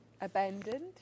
abandoned